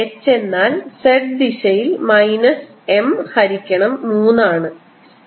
H എന്നാൽ z ദിശയിൽ minus M ഹരിക്കണം 3 ആണ്